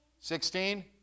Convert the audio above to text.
Sixteen